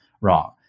wrong